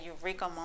eureka